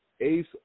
Ace